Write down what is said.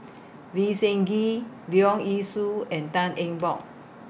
Lee Seng Gee Leong Yee Soo and Tan Eng Bock